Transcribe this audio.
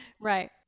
right